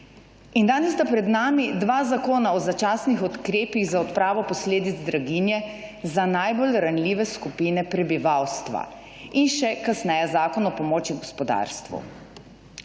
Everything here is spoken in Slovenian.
danes sta pred nami dva zakona o začasnih ukrepih za odpravo posledic draginje za najbolj ranljive skupine prebivalstva in še kasneje zakon o pomoči gospodarstvu.